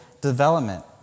development